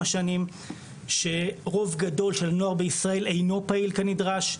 שנים שרוב גדול של הנוער בישראל אינו פעיל כנדרש,